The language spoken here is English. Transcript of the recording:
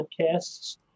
podcasts